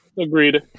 Agreed